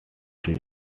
cruel